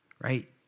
right